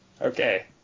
Okay